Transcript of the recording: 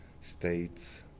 states